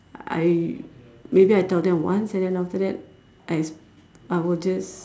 I maybe I tell them once and then after that I s~ I will just